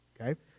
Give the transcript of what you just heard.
okay